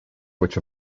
which